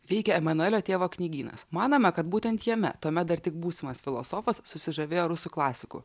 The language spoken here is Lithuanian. veikė emanuelio tėvo knygynas manome kad būtent jame tuomet dar tik būsimas filosofas susižavėjo rusų klasiku